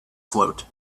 float